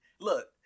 Look